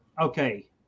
Okay